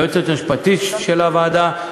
ליועצת המשפטית של הוועדה,